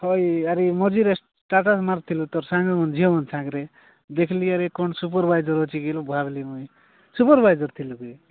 ହଇ ଆରେ ମଝିରେ ଷ୍ଟାଟସ୍ ମାରିଥିଲୁ ତ ସାଙ୍ଗମାନଙ୍କ ଝିଅମାନଙ୍କ ସାଙ୍ଗରେ ଦେଖିଲି ଆରେ କ'ଣ ସୁପରଭାଇଜର୍ ଅଛି କି ଭାବିଲି ମୁଁ ସୁପରଭାଇଜର୍ ଥିଲୁ କି